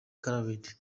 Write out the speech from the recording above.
colored